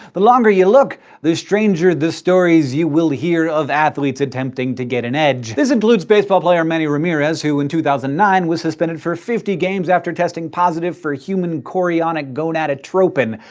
the longer you look the stranger the stories you will hear of athletes attempting to get an edge. this includes baseball player manny ramirez who in two thousand and nine was suspended for fifty games after testing positive for human chorionic gonadotropin.